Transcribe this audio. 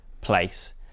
place